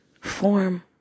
form